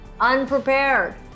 unprepared